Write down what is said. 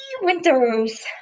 Winters